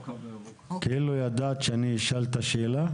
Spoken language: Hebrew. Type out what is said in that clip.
כאילו ידעת שאני אשאל את השאלה.